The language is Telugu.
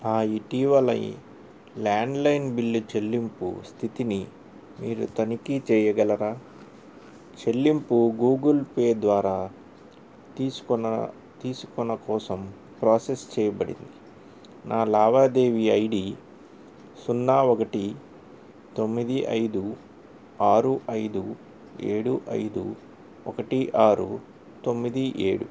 నా ఇటీవలి ల్యాండ్లైన్ బిల్లు చెల్లింపు స్థితిని మీరు తనిఖీ చేయగలరా చెల్లింపు గూగుల్ పే ద్వారా తికోనా కోసం ప్రోసెస్ చేయబడింది నా లావాదేవీ ఐ డీ సున్నా ఒకటి తొమ్మిది ఐదు ఆరు ఐదు ఏడు ఐదు ఒకటి ఆరు తొమ్మిది ఏడు